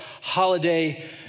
holiday